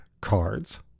cards